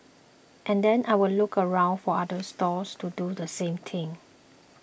and then I'll look around for other stalls to do the same thing